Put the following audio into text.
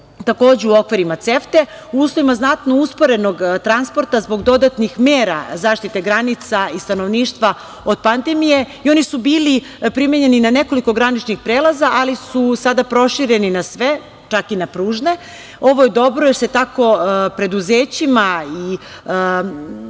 takođe u okvirima CEFTA, u uslovima znatno usporenog transporta zbog dodatnih mera zaštite granica i stanovništva od pandemije. Oni su bili primenjeni na nekoliko graničnih prelaza, ali su sada prošireni na sve, čak i na pružne. Ovo je dobro jer se tako preduzećima i